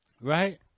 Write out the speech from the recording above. Right